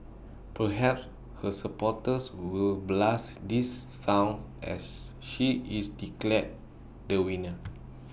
perhaps her supporters will blast this song as she is declared the winner